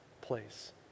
place